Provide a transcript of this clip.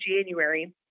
january